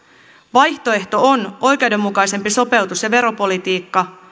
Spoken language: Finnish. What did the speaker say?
vaihtoehto on oikeudenmukaisempi sopeutus ja veropolitiikka